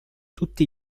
tutti